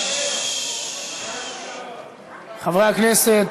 איפה, איפה, ששש, חברי הכנסת.